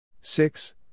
Six